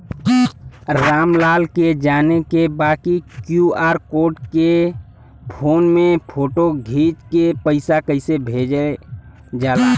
राम लाल के जाने के बा की क्यू.आर कोड के फोन में फोटो खींच के पैसा कैसे भेजे जाला?